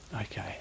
Okay